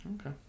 Okay